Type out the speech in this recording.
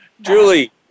Julie